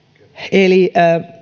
eli